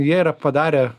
jie yra padarę